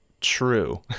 true